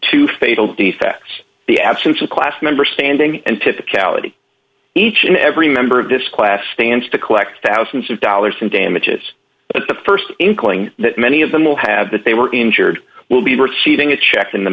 two fatal defects the absence of class member standing and typicality each and every member of this class stands to collect thousands of dollars in damages at the st inkling that many of them will have that they were injured will be receiving a check in the